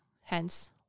hence